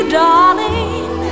darling